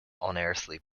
unearthly